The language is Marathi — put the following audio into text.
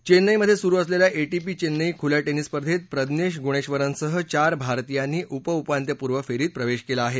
चेन्नईमध्ये सुरू असलेल्या एटीपी चेन्नई खुल्या टेनिस स्पर्धेत प्रज्ञश गुणेश्वरनसह चार भारतीयांनी उपउपांत्यपूर्व फेरीत प्रवेश केला आहे